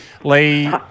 Lee